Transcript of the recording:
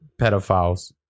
pedophiles